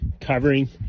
covering